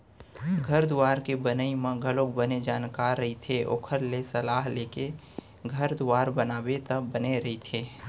घर दुवार के बनई म घलोक बने जानकार रहिथे ओखर ले सलाह लेके घर दुवार बनाबे त बने रहिथे